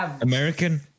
American